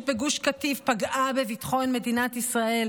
בגוש קטיף פגעה בביטחון מדינת ישראל,